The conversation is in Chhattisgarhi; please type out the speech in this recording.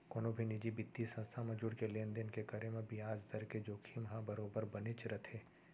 कोनो भी निजी बित्तीय संस्था म जुड़के लेन देन के करे म बियाज दर के जोखिम ह बरोबर बनेच रथे